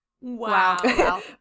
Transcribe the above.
Wow